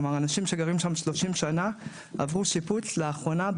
כלומר אנשים שגרים שם 30 שנה עברו שיפוץ לאחרונה,